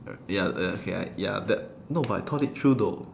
ya ya okay like ya that no but I thought it through though